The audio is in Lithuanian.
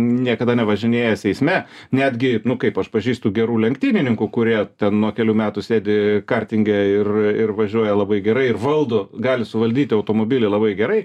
niekada nevažinėjęs eisme netgi nu kaip aš pažįstu gerų lenktynininkų kurie ten nuo kelių metų sėdi kartinge ir ir važiuoja labai gerai ir valdo gali suvaldyti automobilį labai gerai